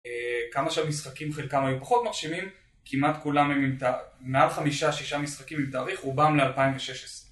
כמה שהמשחקים חלקם היו פחות מרשימים, כמעט כולם הם עם תאריך. מעט 5-6 משחקים עם תאריך, רובם ל-2016.